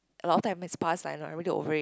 a lot of time mixed past like I'm really over it